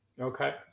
Okay